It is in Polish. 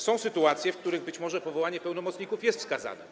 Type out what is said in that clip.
Są sytuacje, w których być może powołanie pełnomocników jest wskazane.